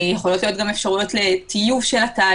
יכולות להיות גם אפשרויות לטיוב של התהליך